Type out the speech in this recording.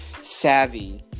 savvy